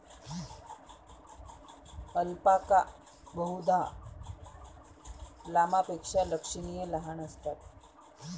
alpaca बहुधा लामापेक्षा लक्षणीय लहान असतात